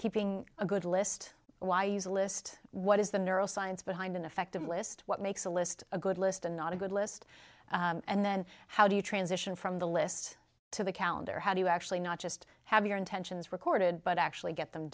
keeping a good list why use a list what is the neuroscience behind an effective list what makes a list a good list and not a good list and then how do you transition from the list to the calendar how do you actually not just have your intentions recorded but actually get them